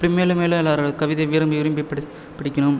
இப்படி மேலும் மேலும் எல்லாரோடய கவிதையை விரும்பி விரும்பி படி படிக்கணும்